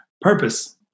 Purpose